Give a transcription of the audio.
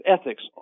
ethics